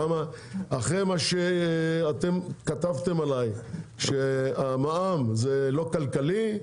למה אחרי שאתם כתבתם עלי שהמע"מ לא כלכלי,